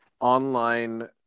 online